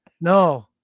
No